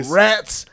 rats